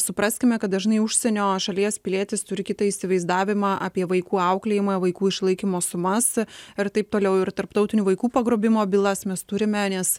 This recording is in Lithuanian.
supraskime kad dažnai užsienio šalies pilietis turi kitą įsivaizdavimą apie vaikų auklėjimą vaikų išlaikymo sumas ir taip toliau ir tarptautinių vaikų pagrobimo bylas mes turime nes